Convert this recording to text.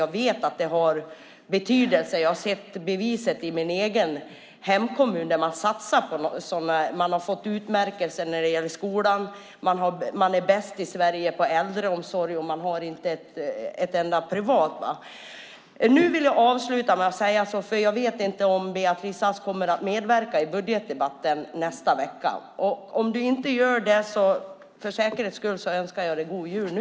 Jag vet att det har betydelse. Jag har sett beviset i min egen hemkommun där man satsar på detta. Man har fått utmärkelser när det gäller skolan, man är bäst i Sverige på äldreomsorg och man har inte något enda som är privat. Jag vet inte om Beatrice Ask kommer att medverka i budgetdebatten i nästa vecka. Om du inte gör det vill jag för säkerhets skull avsluta med att önska dig god jul nu.